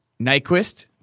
Nyquist